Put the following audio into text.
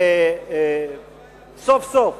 שסוף סוף